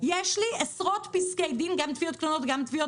יש לי עשרות פסקי דין גם מתביעות קטנות וגם מתביעות